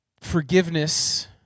forgiveness